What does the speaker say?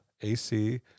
AC